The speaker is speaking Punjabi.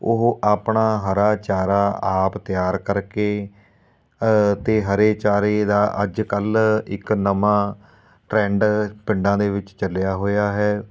ਉਹ ਆਪਣਾ ਹਰਾ ਚਾਰਾ ਆਪ ਤਿਆਰ ਕਰਕੇ ਅਤੇ ਹਰੇ ਚਾਰੇ ਦਾ ਅੱਜ ਕੱਲ੍ਹ ਇੱਕ ਨਵਾਂ ਟਰੈਂਡ ਪਿੰਡਾਂ ਦੇ ਵਿੱਚ ਚੱਲਿਆ ਹੋਇਆ ਹੈ